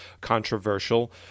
controversial